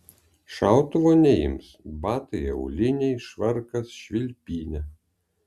šautuvo neims batai auliniai švarkas švilpynė